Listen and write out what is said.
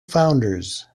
founders